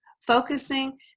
focusing